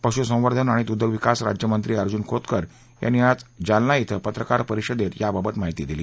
पश्संर्वधन आणि दुग्धविकास राज्यमंत्री अर्जून खोतकर यांनी आज जालना धिं पत्रकार परिषदेत याबाबत माहिती दिली